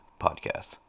Podcast